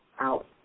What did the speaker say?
out